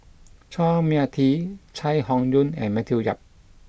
Chua Mia Tee Chai Hon Yoong and Matthew Yap